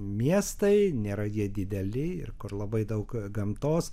miestai nėra jie dideli ir labai daug gamtos